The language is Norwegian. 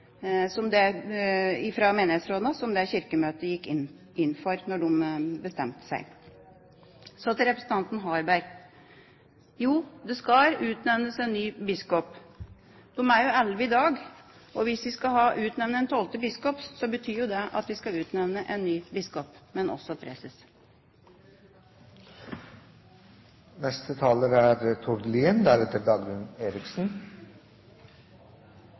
i menighetsrådene, som Kirkemøtet gikk inn for da de bestemte seg. Så til representanten Harberg: Jo, det skal utnevnes en ny biskop. De er elleve i dag, og hvis en skal utnevne en tolvte biskop, betyr jo det at vi skal utnevne en ny biskop – men også preses. Neste taler er Tord Lien.